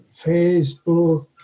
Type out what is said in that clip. Facebook